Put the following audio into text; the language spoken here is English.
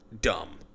dumb